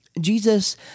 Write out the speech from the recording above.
Jesus